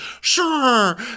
sure